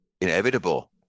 inevitable